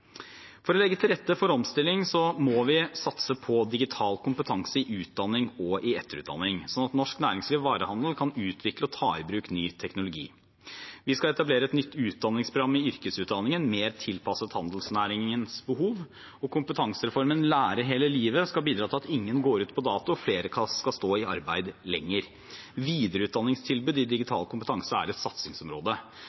For å legge til rette for omstilling må vi satse på digital kompetanse i utdanningen og i etterutdanningen, sånn at norsk næringsliv og varehandel kan utvikle og ta i bruk ny teknologi. Vi skal etablere et nytt utdanningsprogram i yrkesutdanningen mer tilpasset handelsnæringens behov. Kompetansereformen Lære hele livet skal bidra til at ingen går ut på dato, og til at flere skal stå i arbeid lenger. Videreutdanningstilbud i